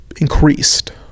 increased